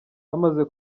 bamaze